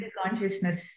consciousness